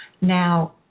Now